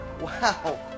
wow